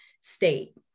state